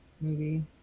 Movie